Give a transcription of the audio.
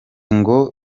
ngo